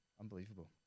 Unbelievable